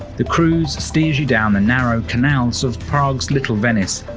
the cruise steers you down the narrow canals of prague's little venice.